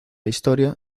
historia